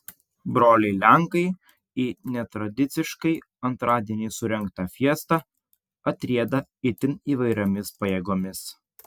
broliai lenkai į netradiciškai antradienį surengtą fiestą atrieda itin įvairiomis pajėgomis